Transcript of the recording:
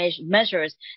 measures